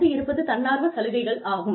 அடுத்து இருப்பது தன்னார்வ சலுகைகள் ஆகும்